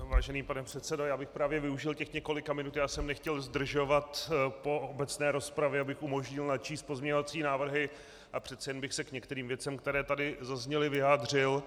Vážený pane předsedo, já bych právě využil těch několika minut, já jsem nechtěl zdržovat po obecné rozpravě, abych umožnil načíst pozměňovací návrhy, a přece jen bych se k některým věcem, které tady zazněly, vyjádřil.